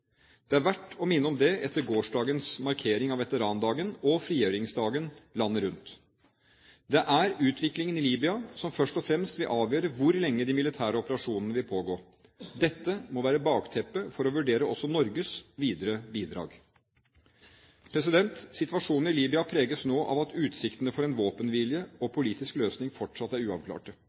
Det er verdt å minne om det etter gårsdagens markering av veterandagen og frigjøringsdagen landet rundt. Det er utviklingen i Libya som først og fremst vil avgjøre hvor lenge de militære operasjonene vil pågå. Dette må være bakteppet for å vurdere også Norges videre bidrag. Situasjonen i Libya preges nå av at utsiktene for våpenhvile og en politisk løsning fortsatt er